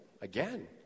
Again